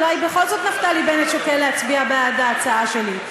אולי בכל זאת נפתלי בנט שוקל להצביע בעד ההצעה שלי.